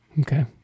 okay